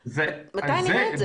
מתי נראה את זה?